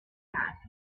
asked